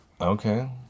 Okay